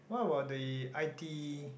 what about the i_t